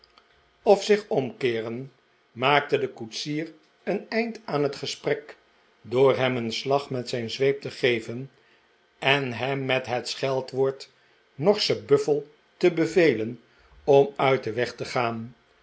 of zich omkeeren maakte de koetsier een einde aan het gesprek door hem een slag met zijn zweep te geven en hern met net scheldwoord horsche buffel te bevelen om uit den weg te gaan